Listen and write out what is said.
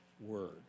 word